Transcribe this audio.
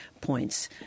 points